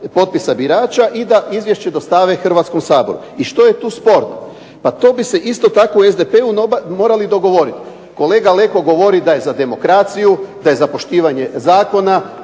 potpisa birača i da izvješće dostave Hrvatskom saboru. I što je tu sporno, pa to bi se isto tako u SDP-u morali dogovoriti. Kolega Leko govori da je za demokraciju, da je za poštivanje zakona,